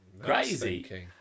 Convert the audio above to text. crazy